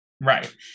Right